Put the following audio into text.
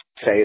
say